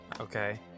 okay